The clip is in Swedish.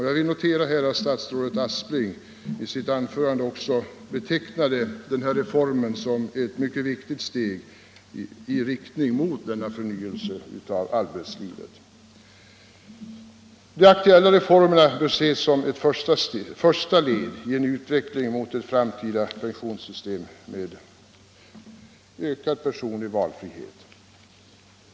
Jag noterar att statsrådet Aspling i sitt anförande också betecknade reformen som ett mycket viktigt steg i riktning mot en förnyelse av arbetslivet. De aktuella reformerna bör ses som ett första led i en utveckling mot ett framtida pensionssystem med ökad personlig valfrihet.